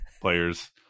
players